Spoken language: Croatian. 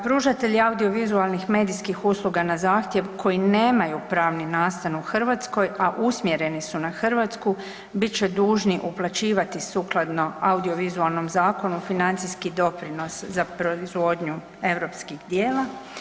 Pružatelji audiovizualnih medijskih usluga na zahtjev koji nemaju pravni nastan u Hrvatskoj, a usmjereni su na Hrvatsku bit će dužni uplaćivati sukladno Audiovizualnom zakonu financijski doprinos za proizvodnju europskih djela.